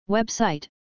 Website